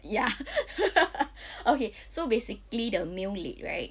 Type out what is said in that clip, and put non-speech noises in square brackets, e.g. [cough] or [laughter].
ya [laughs] okay so basically the male lead right